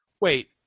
Wait